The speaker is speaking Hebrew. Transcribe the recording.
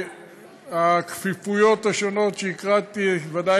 הכפיפויות השונות ודאי